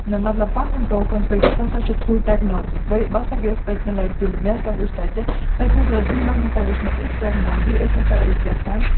مطلب پَنُن ٹوکُن کٔڑِتھ سُہ سا چھُ تھروٗ ٹیکنالجی بیٚیہِ بہٕ سا گٔیَس پٔتمہِ لَٹہِ دِلہِ مےٚ سا وُچھ تَتہِ ہسا ٲسۍ دِلہِ منٛز ہسا وُچھ مےٚ یِژھ ٹیکنالجی أسۍ ہسا ٲسۍ گژھان